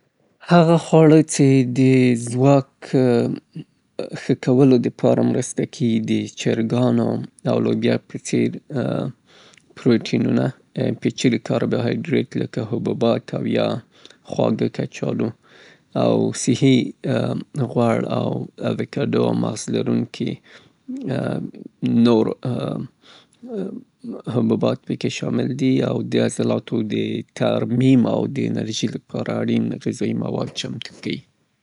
هغه خواړه څې کولای سي د بدن د ځواک په ښه کولو کې مرسته وکړي، هغه د چرګانو د فیل او یا هم د کبانوغوښو کې هغه پروټینونه چه وجود لري چه اکثرا صحی چمتو کیی، یا هم هغه حبوبات څې کاربوهایدریت لري زیاته مرسته کیي.